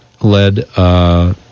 led